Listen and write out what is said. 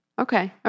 Okay